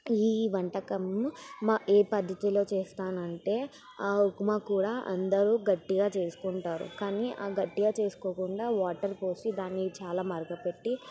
ఈ వంటకాన్ని మా ఏ పద్ధతిలో చేస్తానంటే ఆ ఉప్మా కూర అందరూ గట్టిగా చేసుకుంటారు కానీ గట్టిగా చేసుకోకుండా వాటర్ పోసి దాన్ని చాలా మరగపెట్టి